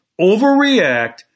overreact